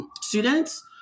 students